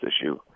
issue